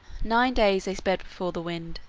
nine days they sped before the wind,